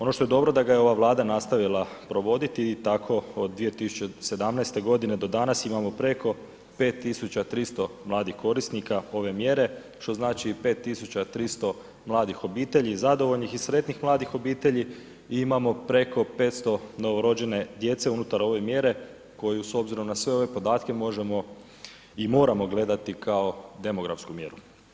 Ono što je dobro da ga je ova Vlada nastavila provoditi i tako od 2017.g. do danas imamo preko 5300 mladih korisnika ove mjere, što znači 5300 mladih obitelji, zadovoljnih i sretnih mladih obitelji i imamo preko 500 novorođene djece unutar ove mjere koju s obzirom na sve ove podatke možemo i moramo gledati kao demografsku mjeru.